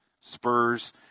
Spurs